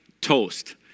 toast